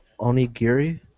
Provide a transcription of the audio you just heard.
Onigiri